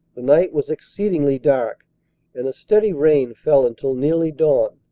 the night was exceedingly dark and a steady rain fell until nearly dawn,